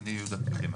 אני יהודה פחימה.